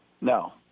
no